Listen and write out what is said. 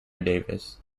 davis